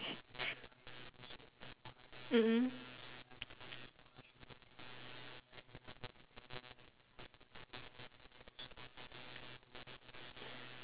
mm mm